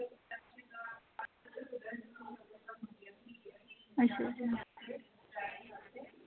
अच्छा अच्छा